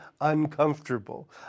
uncomfortable